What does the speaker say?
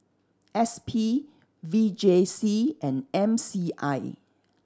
S P V J C and M C I